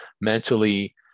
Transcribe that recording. mentally